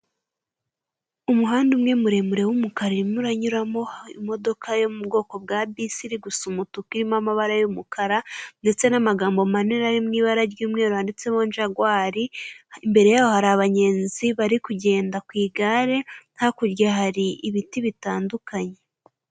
Umuhanda umwe muremure w'umukara urimo uranyuramo imodoka yo mu bwoko bwa bisi, iri gusa umutuku irimo amabara y'umukara, ndetse n'amagambo manini ari mu ibara ry'umweru yanditseho jagwari, imbere yabo hari abagenzi bari kugenda ku igare, hakurya yabo hari ibiti bitandukanye.